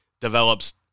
develops